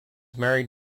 married